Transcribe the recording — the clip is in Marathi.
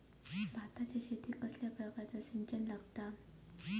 भाताच्या शेतीक कसल्या प्रकारचा सिंचन लागता?